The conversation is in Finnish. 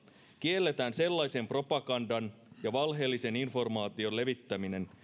kielletään sellaisen propagandan ja valheellisen informaation levittäminen